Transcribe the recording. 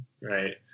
right